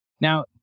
now